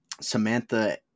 Samantha